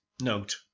note